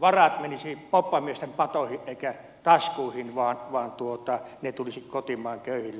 varat menisi poppamiesten patoihin eivätkä taskuihin vaan ne tulisivat kotimaan köyhille